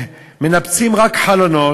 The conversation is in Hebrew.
רק מנפצים חלונות,